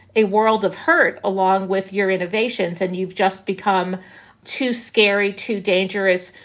a world of hurt, along with your innovations. and you've just become too scary, too dangerous,